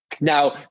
Now